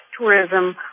tourism